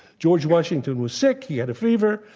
george washington was sick. he had a fever.